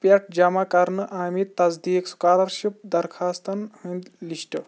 پٮ۪ٹھ جمع کَرنہٕ آمٕتۍ تصدیٖق سُکالرشپ درخواستن ہٕنٛدۍ لِسٹہٕ